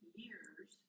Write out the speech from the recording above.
years